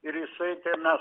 ir jisai ten mes